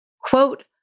quote